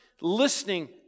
listening